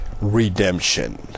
redemption